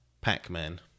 Pac-Man